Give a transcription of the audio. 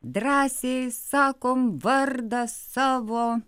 drąsiai sakom vardą savo